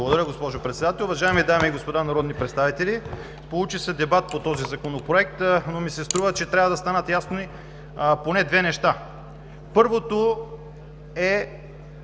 Благодаря, госпожо Председател. Уважаеми дами и господа народни представители! Получи се дебат по този законопроект, но ми се струва, че трябва да станат ясни поне две неща. Първото е,